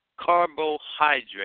carbohydrate